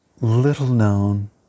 little-known